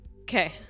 Okay